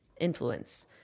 influence